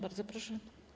Bardzo proszę.